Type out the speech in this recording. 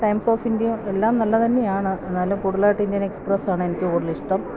times of India എല്ലാം നല്ലതുതന്നെയാണ് എന്നാലും കൂടുതലായിട്ട് ഇന്ത്യന് എക്സ്പ്രസാണ് എനിക്ക് കൂടുതലിഷ്ടം